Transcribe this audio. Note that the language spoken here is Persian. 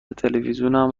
تلویزیونم